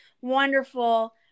wonderful